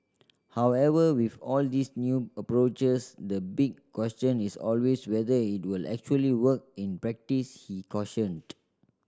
however with all these new approaches the big question is always whether it will actually work in practice he cautioned